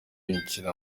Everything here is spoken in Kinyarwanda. imikino